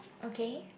okay